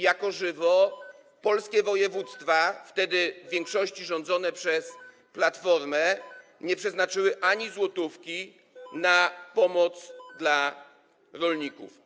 Jako żywo polskie województwa, wtedy w większości rządzone przez Platformę, nie przeznaczyły ani złotówki na pomoc dla rolników.